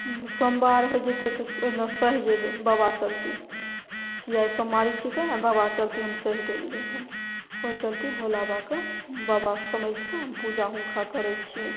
सोमवार होइ जएतै तऽ ओहि दिना सहि जएबै बाबा चलिते किएक सोमवारी छिकै बाबा चलिते हम सहि गेलिए हँ ओहि चलिते भोला बाबाके बाबा समझिके हम पूजा हुनका करै छिअनि